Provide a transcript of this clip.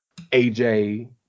AJ